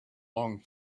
long